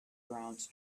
around